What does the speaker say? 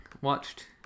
watched